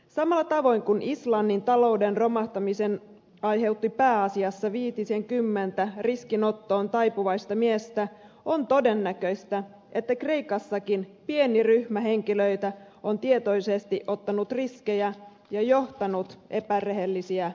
samalla tavoin kuin islannin talouden romahtamisen aiheutti pääasiassa viitisenkymmentä riskinottoon taipuvaista miestä on todennäköistä että kreikassakin pieni ryhmä henkilöitä on tietoisesti ottanut riskejä ja johtanut epärehellisiä puuhia